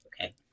Okay